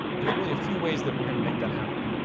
there's really a few ways that we're gonna make that happen.